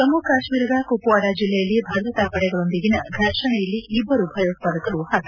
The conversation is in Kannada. ಜಮ್ಮ ಕಾಶ್ಮೀರದ ಕುಪ್ವಾಡ ಜಿಲ್ಲೆಯಲ್ಲಿ ಭದ್ರತಾ ಪಡೆಗಳೊಂದಿಗಿನ ಫರ್ಷಣೆಯಲ್ಲಿ ಇಬ್ಬರು ಭಯೋತ್ಪಾದಕರು ಪತ